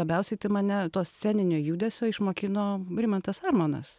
labiausiai tai mane to sceninio judesio išmokino rimantas armonas